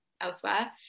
elsewhere